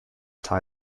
tie